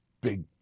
big